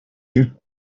you